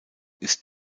ist